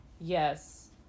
Yes